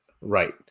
Right